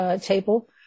table